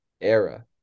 era